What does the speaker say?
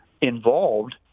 involved